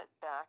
back